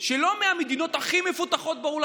לא מהמדינות הכי מפותחות בעולם,